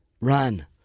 run